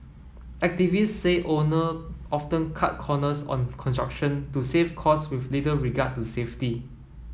activist say owner often cut corners on construction to save cost with little regard to safety